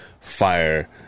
fire